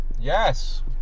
Yes